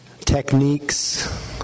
techniques